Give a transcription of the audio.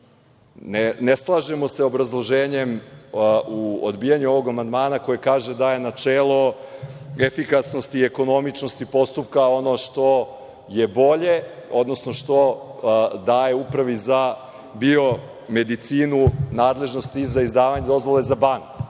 slažemo se sa obrazloženjem u odbijanju ovog amandmana koje kaže da je načelo efikasnosti i ekonomičnosti postupka ono što je bolje, odnosno što daje Upravi za biomedicinu nadležnosti i za izdavanje dozvole za banke,